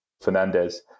Fernandez